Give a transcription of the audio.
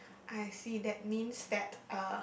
I see that means that uh